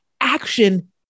Action